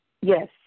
yes